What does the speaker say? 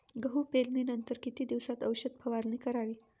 गहू पेरणीनंतर किती दिवसात औषध फवारणी करावी?